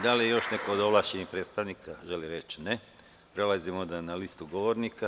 Da li još neko od ovlašćenih predstavnika želi reč? (Ne.) Prelazimo na listu govornika.